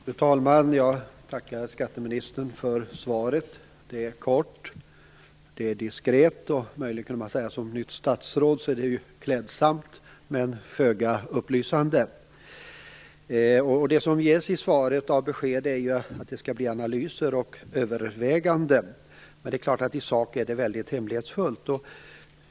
Fru talman! Jag tackar skatteministern för svaret. Det är kort, och det är diskret. Möjligen skulle man kunna säga att det för ett nytt statsråd är klädsamt men föga upplysande. De besked som ges i svaret är att det skall ske analyser och överväganden. Men i sak är det mycket hemlighetsfullt.